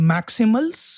Maximals